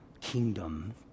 kingdom